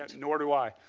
nor do i.